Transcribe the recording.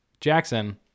Jackson –